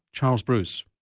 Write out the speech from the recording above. charles bruce.